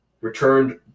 returned